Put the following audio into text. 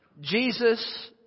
Jesus